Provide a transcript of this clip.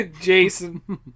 Jason